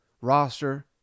roster